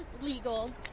legal